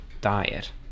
diet